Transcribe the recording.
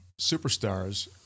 superstars